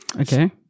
Okay